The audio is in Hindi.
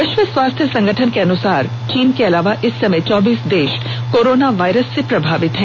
विश्व स्वास्थ्य संगठन के अनुसार चीन के अलावा इस समय चौबीस देश कोरोना वायरस से प्रभावित हैं